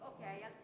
Okay